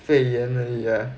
肺炎而已啊